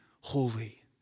holy